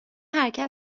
حرکت